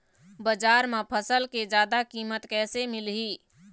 बजार म फसल के जादा कीमत कैसे मिलही?